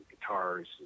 guitars